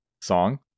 song